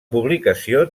publicació